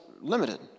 limited